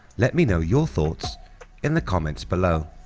let me know your thoughts in the comments below.